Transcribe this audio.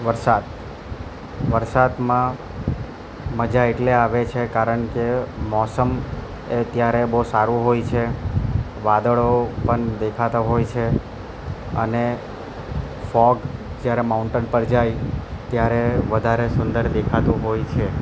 વરસાદ વરસાદમાં મજા એટલે આવે છે કારણ કે મોસમ એ ત્યારે બહુ સારી હોય છે વાદળો પણ દેખાતા હોય છે અને ફોગ જ્યારે માઉન્ટેન પર જાય ત્યારે વધારે સુંદર દેખાતું હોય છે